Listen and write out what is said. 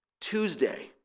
Tuesday